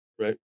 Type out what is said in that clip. Right